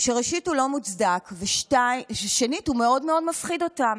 לא מוצדק, ושנית, הוא מאוד מאוד מפחיד אותם.